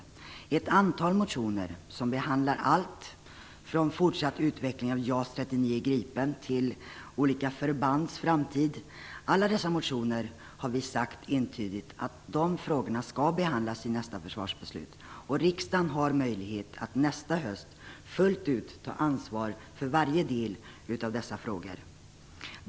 Vi har entydigt sagt att ett antal motioner, som behandlar allt från fortsatt utveckling av JAS 39 Gripen till olika förbands framtid, skall behandlas fram till nästa försvarsbeslut. Riksdagen har möjlighet att nästa höst fullt ut ta ansvar för varje del av dessa frågor.